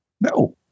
no